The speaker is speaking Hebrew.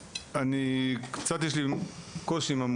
אני מעדיף לדבר על המקרה הספציפי הזה,